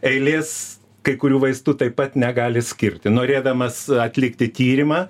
eilės kai kurių vaistų taip pat negali skirti norėdamas atlikti tyrimą